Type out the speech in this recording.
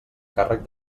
càrrec